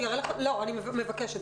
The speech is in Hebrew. אני מבקשת.